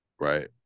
Right